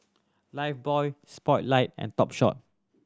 Lifebuoy Spotlight and Topshop